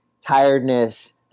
tiredness